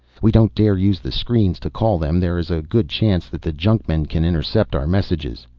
we don't dare use the screens to call them, there is a good chance that the junkmen can intercept our messages.